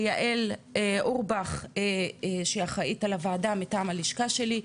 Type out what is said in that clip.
ליעל אורבך שאחראית על הוועדה מטעם הלשכה שלי,